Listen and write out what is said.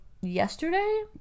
yesterday